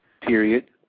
period